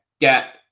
get